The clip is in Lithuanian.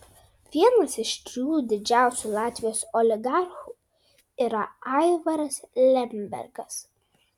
vienas iš trijų didžiausių latvijos oligarchų yra aivaras lembergas